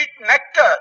nectar